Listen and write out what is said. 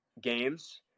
games